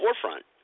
forefront